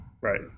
Right